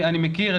אני מכיר,